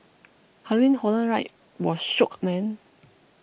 Halloween Horror Night was shook man